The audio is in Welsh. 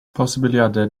posibiliadau